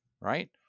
right